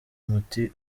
muti